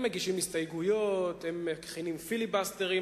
הם מגישים הסתייגויות, הם מכינים פיליבסטרים.